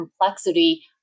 complexity